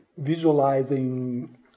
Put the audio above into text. visualizing